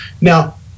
Now